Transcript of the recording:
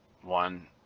one